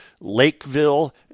Lakeville